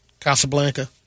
Casablanca